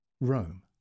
rome